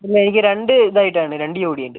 ഇല്ല എനിക്ക് രണ്ട് ഇതായിട്ടാണ് രണ്ട് ജോഡിയുണ്ട്